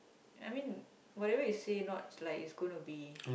I mean whatever you say not like is gonna be